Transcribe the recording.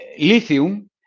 lithium